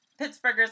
Pittsburghers